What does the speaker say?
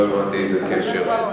לא הבנתי את הקשר.